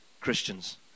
Christians